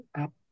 up